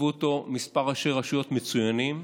כתבו אותו כמה ראשי רשויות מצוינים,